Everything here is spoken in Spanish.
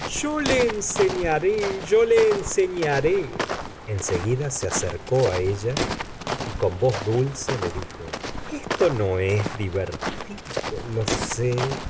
yo le enseñaré yo le enseñaré en seguida se acercó á ella y con voz dulce le dijo esto no es divertido lo sé